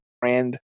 brand